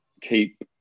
keep